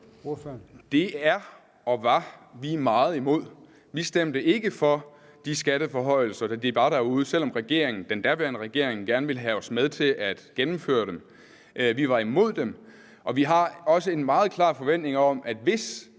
Det er og var vi meget imod. Vi stemte ikke for de skatteforhøjelser, selv om den daværende regering gerne ville have haft, at vi havde været med til at gennemføre dem. Vi var imod dem, og vi har også en meget klar forventning om, at hvis